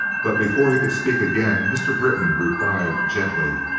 but before he could speak again mr. britton replied gently,